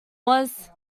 was